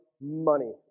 Money